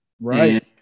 Right